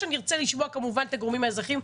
ונרצה לשמוע כמובן את הגורמים האזרחיים,